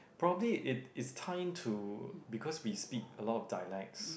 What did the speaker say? probably it it's time to because we speak a lot of dialects